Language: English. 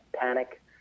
panic